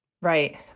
Right